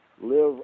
live